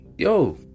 Yo